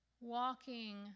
walking